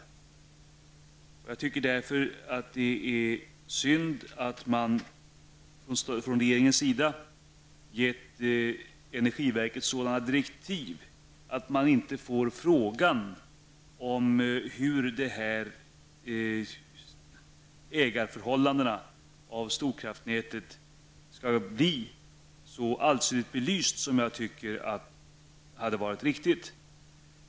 Mot den bakgrunden tycker jag att det är synd att regeringen har gett energiverket sådana direktiv att frågan om hur det skall bli med ägarförhållandena beträffande storkraftsnätet inte får en riktigt allsidig belysning.